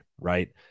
Right